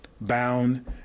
bound